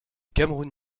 cameroun